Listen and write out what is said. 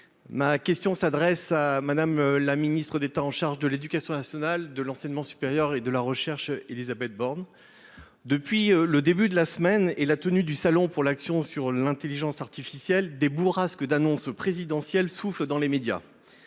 Ma question s’adresse à Mme la ministre d’État, ministre de l’éducation nationale, de l’enseignement supérieur et de la recherche. Madame la ministre, depuis le début de la semaine, avec le sommet pour l’action sur l’intelligence artificielle, des bourrasques d’annonces présidentielles soufflent dans les médias.